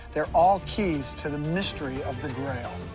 they're all keys to the mystery of the grail,